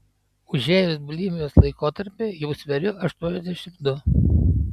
užėjus bulimijos laikotarpiui jau sveriu aštuoniasdešimt du